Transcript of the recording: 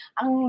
ang